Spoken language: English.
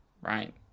right